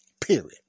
period